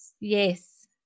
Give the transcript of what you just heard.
Yes